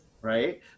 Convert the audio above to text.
right